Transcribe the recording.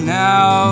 now